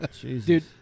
Dude